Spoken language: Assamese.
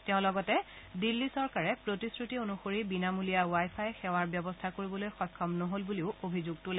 তেওঁ লগতে দিল্লী চৰকাৰে প্ৰতিশ্ৰতি অনুসৰি বিনামূলীয়া ৱাই ফাই সেৱাৰ ব্যৱস্থা কৰিবলৈ সক্ষম নহল বুলি অভিযোগ তোলে